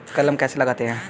कलम कैसे लगाते हैं?